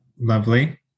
Lovely